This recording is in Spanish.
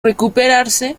recuperarse